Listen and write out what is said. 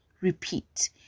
repeat